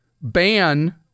ban